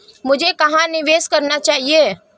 मुझे कहां निवेश करना चाहिए?